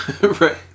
Right